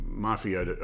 mafia